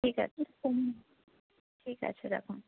ঠিক আছে ঠিক আছে রাখুন